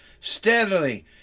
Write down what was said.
Steadily